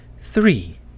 three